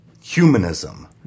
humanism